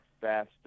faster